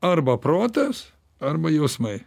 arba protas arba jausmai